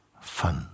fun